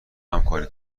همکاری